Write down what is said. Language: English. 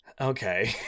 okay